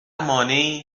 مانعی